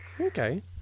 Okay